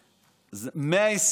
שהוא חשוב לי מאוד.